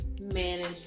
manage